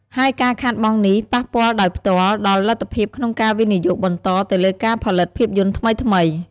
ហើយការខាតបង់នេះប៉ះពាល់ដោយផ្ទាល់ដល់លទ្ធភាពក្នុងការវិនិយោគបន្តទៅលើការផលិតភាពយន្តថ្មីៗ។